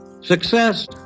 Success